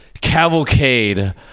cavalcade